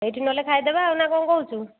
ସେଇଠି ନହେଲେ ଖାଇବା ନା କ'ଣ କହୁଛୁ